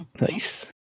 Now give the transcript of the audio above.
Nice